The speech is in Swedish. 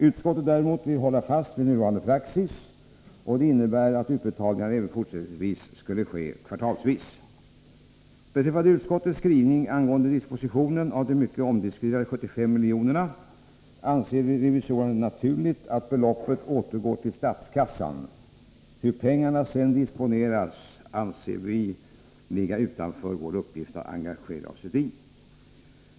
Utskottet däremot vill hålla fast vid nuvarande praxis. Det innebär att utbetalningarna även fortsättningsvis skall ske kvartalsvis. Beträffande utskottets skrivning angående dispositionen av de mycket omdiskuterade 75 miljonerna anser revisorerna det naturligt att beloppet återgår till statskassan. Hur pengarna sedan disponeras anser vi ligga utanför vår uppgift att engagera oss i.